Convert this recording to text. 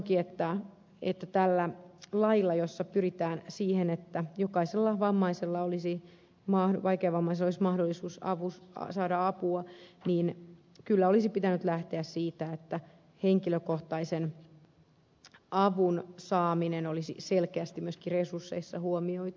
katsonkin että tässä laissa jossa pyritään siihen että jokaisella vaikeavammaisella olisi mahdollisuus saada apua kyllä olisi pitänyt lähteä siitä että henkilökohtaisen avun saaminen olisi selkeästi myöskin resursseissa huomioitu